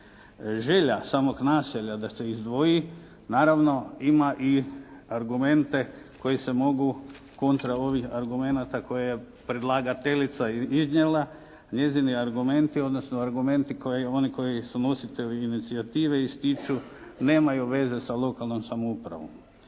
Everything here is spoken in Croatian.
Želja samog naselja da se izdvoji naravno ima i argumente koji se mogu kontra ovih argumenata koje je predlagateljica iznijela, njezini argumenti, odnosno argumenti oni koji su nositelji inicijative ističu nemaju veze sa lokalnom samoupravom.